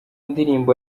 ndirimbo